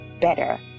better